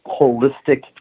holistic